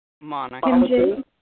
Monica